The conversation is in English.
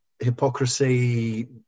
hypocrisy